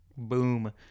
Boom